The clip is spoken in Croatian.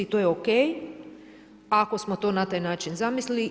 I to je o.k. ako smo to na taj način zamislili.